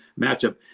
matchup